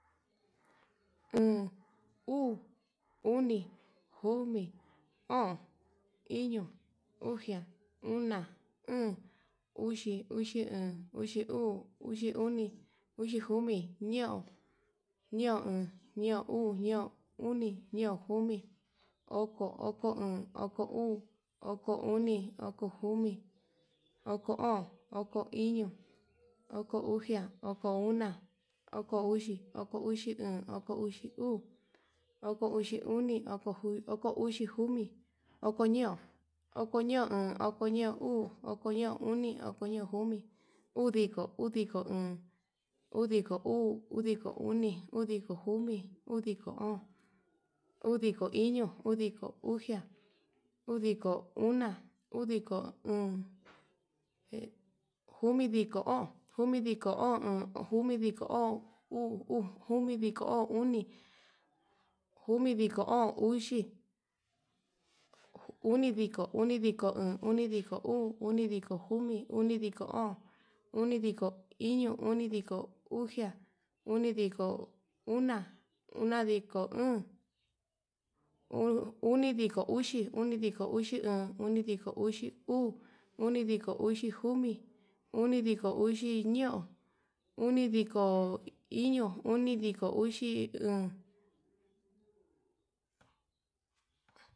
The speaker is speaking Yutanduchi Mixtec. Oon, uu, oni, komi, o'on, iño, uxia, una, óón, uxi, uxi oon, uxi uu, uxi oni, uxi komi, ñeon, ñeo oon, ñeon uu, ñeon oni, ñeon komi, oko, oko oon, oko uu, oko oni, oko komi, oko o'on, oko iño, oko uxia, oko una, oko óón, oko uxi, oko uxi oon, oko uxi uu, oko uxi oni, oko uxiju oko uxi komi, oko ñeon, oko ñeon oon, oko ñeon uu, oko ñeon oni, oko ñeon komi, udiko, udiko oon, udiko uu, udiko oni, udiko komi, udiko o'on, udiko iño, udiko uxia, udiko una, udiko óón, jumidiko oon, jumidiko o'on, jomidiko oon uu, jumidiko oon oni, jomidiko oon uxi, unidiko, unidiko oon, unidko uu, unidiko oni, unidiko komi, unidiko o'on, unidiko iño, unidiko uxia, unidiko una, unidiko óón, unidiko uxi, unidiko uxi oon, unidiko uxi uu, unidiko uxi oni, unidiko uxi komi, unidiko uxi ñeon, unidiko iño, unidiko uxi óón.